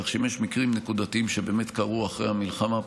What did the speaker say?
כך שאם יש מקרים נקודתיים שבאמת קרו אחרי המלחמה,